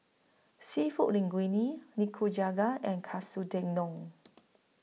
Seafood Linguine Nikujaga and Katsu Tendon